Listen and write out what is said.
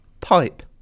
Pipe